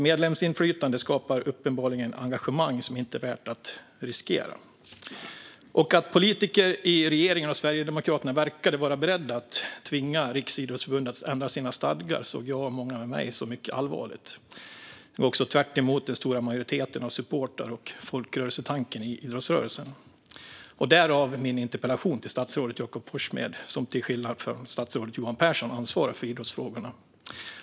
Medlemsinflytande skapar uppenbarligen ett engagemang som det inte är värt att riskera. Att politiker i regeringen och Sverigedemokraterna verkar vara beredda att tvinga Riksidrottsförbundet att ändra sina stadgar ser jag och många med mig som mycket allvarligt. Det går också tvärtemot den stora majoriteten av supportrar och folkrörelsetanken i idrottsrörelsen, därav min interpellation till statsrådet Jakob Forssmed, som till skillnad från statsrådet Johan Pehrson ansvarar för idrottsfrågorna.